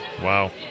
Wow